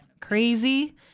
Crazy